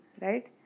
right